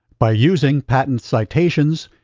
by using patent citations,